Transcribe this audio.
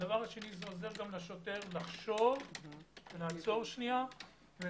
שנית, זה עוזר לשוטר לחשוב ולעצור שנייה לא